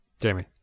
jamie